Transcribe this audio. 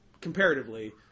comparatively